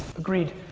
agreed.